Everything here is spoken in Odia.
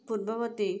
ପୂର୍ବବର୍ତ୍ତୀ